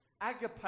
Agape